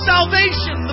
salvation